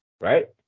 right